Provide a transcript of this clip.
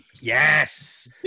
Yes